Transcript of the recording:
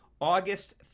August